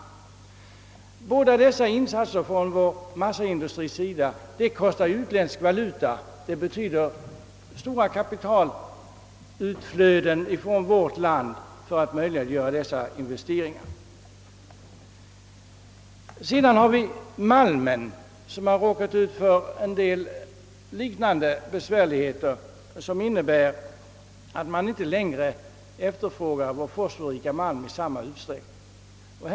Båda dessa' insatser från vår massaindustris sida kostar utländsk valuta. Det betyder 'stora kapitalutflöden från vårt land för att möjliggöra dessa investeringar. Vidare har malmen råkat ut för en rad liknande besvärligheter. Man efterfrågar inte längre vår fosforrika malm i samma utsträckning som tidigare.